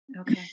Okay